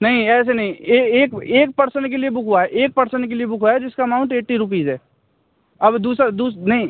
नहीं ऐसे नहीं एक एक पर्सन के लिए बुक हुआ है एक पर्सन के लिए बुक हुआ है जिसका अमाउन्ट एट्टी रुपीज़ है अब दूसरा नहीं